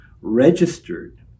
registered